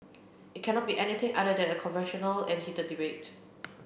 it cannot be anything other than a controversial and heated debate